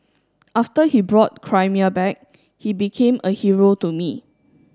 after he brought Crimea back he became a hero to me